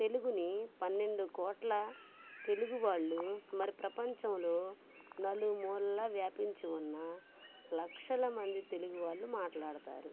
తెలుగుని పన్నెండు కోట్ల తెలుగువాళ్ళు మరి ప్రపంచంలో నలుమూలలా వ్యాపించి ఉన్న లక్షల మంది తెలుగువాళ్ళు మాట్లాడతారు